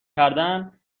کردن